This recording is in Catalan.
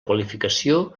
qualificació